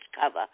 cover